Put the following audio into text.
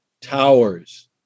towers